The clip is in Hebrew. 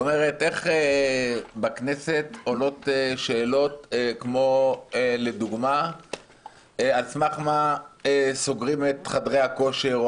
איך עולות שאלה בכנסת כמו על סמך מה סוגרים את חדרי הכושר,